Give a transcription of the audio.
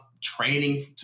training